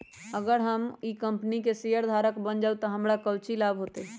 अगर हम ई कंपनी के शेयरधारक बन जाऊ तो हमरा काउची लाभ हो तय?